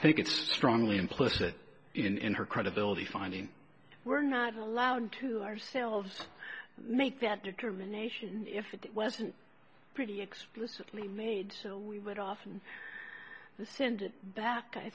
think it's strongly implicit in her credibility finding we're not allowed to ourselves make that determination if it wasn't pretty explicitly made so we would often send it back i